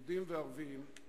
יהודים וערבים,